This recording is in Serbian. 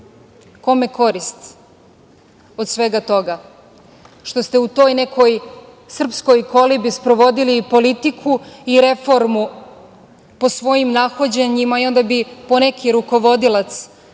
korist od svega toga što ste u toj nekoj srpskoj kolibi sprovodili i politiku i reformu po svojim nahođenjima i onda bi po neki rukovodilac,